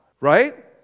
right